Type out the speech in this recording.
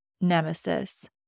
nemesis